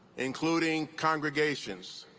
including congregations,